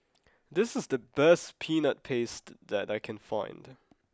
this is the best peanut paste that I can find